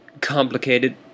complicated